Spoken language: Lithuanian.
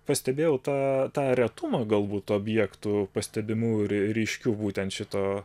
pastebėjau tą tą retumą galbūt objektų pastebimų ryškių būtent šito